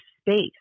space